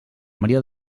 maria